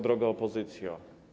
Droga Opozycjo!